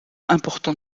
important